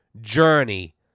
journey